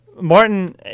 martin